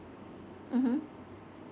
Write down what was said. mmhmm